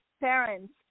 parents